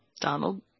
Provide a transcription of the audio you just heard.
Donald